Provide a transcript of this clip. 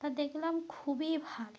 তা দেখলাম খুবই ভালো